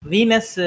Venus